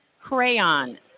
crayon